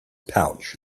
pouch